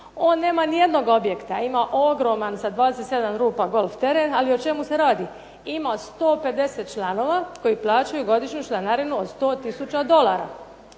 On nema nijednog objekta, ima ogroman sa 27 rupa golf terena, ali o čemu se radi? Ima 150 članova koji plaćaju godišnju članarinu od 100 tisuća dolara.